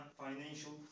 financial